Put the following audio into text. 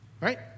right